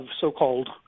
so-called